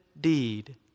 deed